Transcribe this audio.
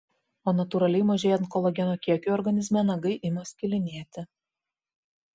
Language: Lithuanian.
o natūraliai mažėjant kolageno kiekiui organizme nagai ima skilinėti